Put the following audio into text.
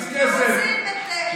להכניס כסף,